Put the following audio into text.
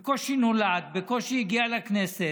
בקושי נולד, בקושי הגיע לכנסת.